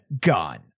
gun